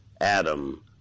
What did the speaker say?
Adam